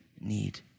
need